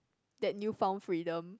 that new found freedom